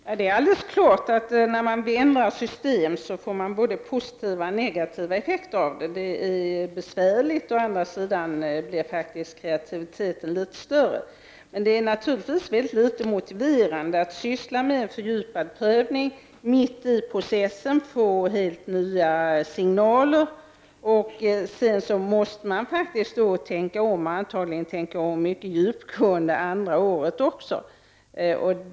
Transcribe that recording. Herr talman! Det är alldeles klart att när man ändrar på systemen får man både positiva och negativa effekter. Det är besvärligt, men å andra sidan blir faktiskt kreativiteten litet större. Men det är naturligtvis mycket litet motive rande att syssla med en fördjupad prövning och mitt i processen få helt nya signaler. Sedan måste man antagligen tänka om och vara mycket djupgående även under det andra året.